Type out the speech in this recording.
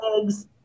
eggs